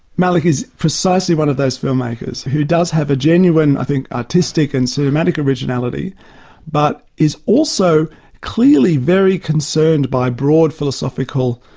malick is precisely one of those filmmakers who does have a genuine artistic and cinematic originality but is also clearly very concerned by broad philosophical,